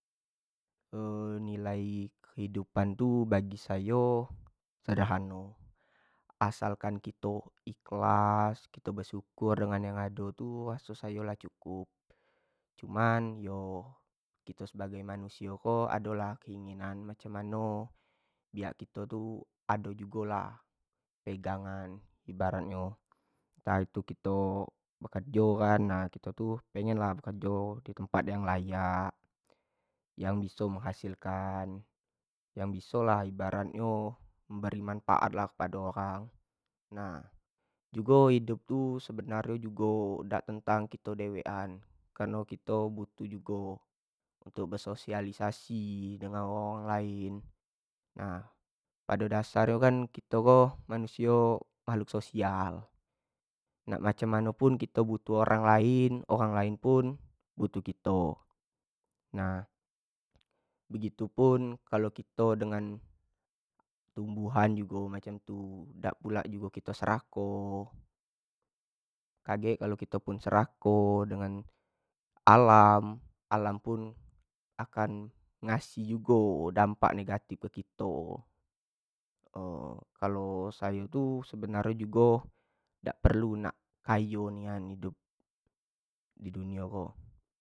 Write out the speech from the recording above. nilai kehidupan tu bagi sayo sederhano, asalkan kito ihlas, kito bersyukur engan yang aod tu raso sayo yu lah cukup, cuma yo kito sebagai manusio tu macam mano biak kito tu ado lah pegangan, ibaratnyo ntah kito tu bekerjo kan, kito pengen lah bekerjo di tempat yang layak, yang biso menghasil kan, yang biso lah ibarat nyo memberi kan manfaat kepado orang, nah jugo hidup tu jugo sebenar nyo dak tentang kito dewek an kareno kito butuh jugo nak bersosialisasi dengan ang lain-lain, nah pado dasar nyo kan kito ko makhluk social, nak macam mano pun butuh orang lain, orang lainpun butuh kito, begitupun kito dengan tumbuhan pun begitu pulo dak pulo kito serakoh, kagek kalo kito serakoh akan ngasih jugo dampak negative ke kito kalo sayo tu sebanr nyo dak perlu hidup nak kayo jugo.